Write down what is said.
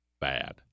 bad